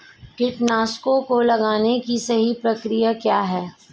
कीटनाशकों को लगाने की सही प्रक्रिया क्या है?